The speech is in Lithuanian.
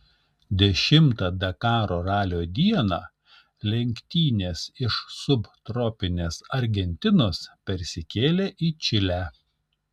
dešimtą dakaro ralio dieną lenktynės iš subtropinės argentinos persikėlė į čilę